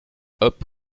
hop